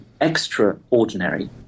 extraordinary